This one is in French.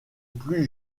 plus